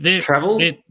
Travel